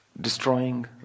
destroying